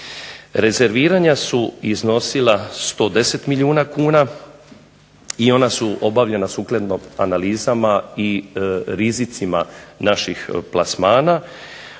Rezerviranja su iznosila 110 milijuna kuna i ona su obavljena sukladno analizama i rizicima naših plasmana,